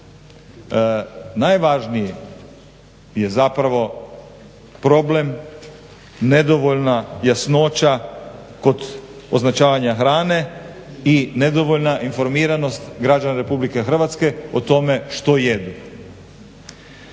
najvažniji je zapravo problem nedovoljna jasnoća kod označavanja hrane i nedovoljna informiranost građana RH o tome što jedu.